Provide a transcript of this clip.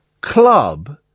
club